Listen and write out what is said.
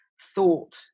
thought